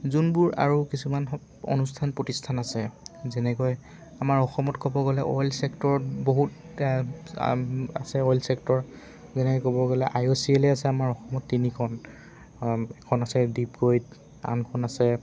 যোনবোৰ আৰু কিছুমান অনুষ্ঠান প্ৰতিষ্ঠান আছে যেনেকৈ আমাৰ অসমত ক'ব গ'লে অইল ছেক্টৰত বহুত আছে অইল ছেক্টৰ যেনেকৈ ক'ব গ'লে আই অ' চি এলে আছে আমাৰ অসমত তিনিখন এখন আছে ডিগবৈত আনখন আছে